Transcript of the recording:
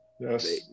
Yes